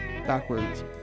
Backwards